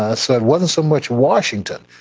ah said, what is so much washington?